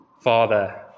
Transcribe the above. Father